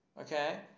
okay